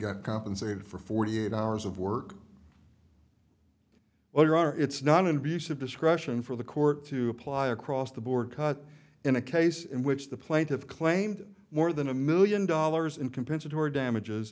got compensated for forty eight hours of work where our it's not an abuse of discretion for the court to apply across the board cut in a case in which the plaintiffs claimed more than a million dollars in compensatory damages